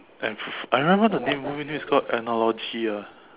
I I remember the name movie is called analogy ah